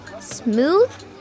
smooth